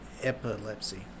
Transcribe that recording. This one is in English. epilepsy